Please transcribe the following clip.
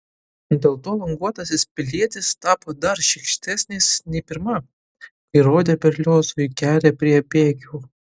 dėl to languotasis pilietis tapo dar šlykštesnis nei pirma kai rodė berliozui kelią prie bėgių